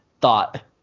thought